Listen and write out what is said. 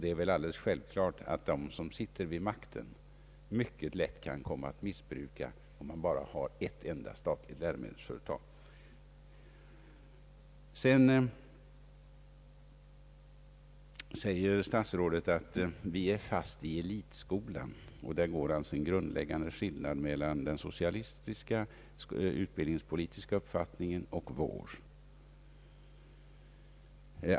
Det är väl alldeles självklart att de som sitter vid makten mycket lätt kan komma att missbruka denna makt om man bara har ett enda, statligt läromedelsföretag. Sedan säger statsrådet att vi är fast i elitskoletänkandet och att det alltså därvidlag finns en grundläggande skillnad mellan den socialistiska utbildningspolitiska uppfattningen och vår.